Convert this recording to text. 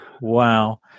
wow